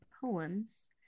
poems